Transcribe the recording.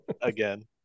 Again